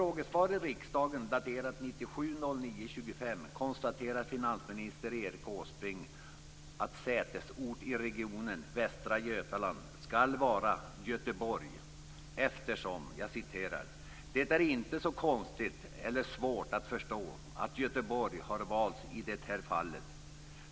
Åsbrink att sätesort i regionen Västra Götaland skall vara Göteborg: "Det är inte så konstigt eller svårt att förstå att Göteborg har valts i det här fallet.